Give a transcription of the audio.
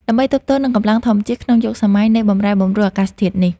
ដើម្បីទប់ទល់នឹងកម្លាំងធម្មជាតិក្នុងយុគសម័យនៃបម្រែបម្រួលអាកាសធាតុនេះ។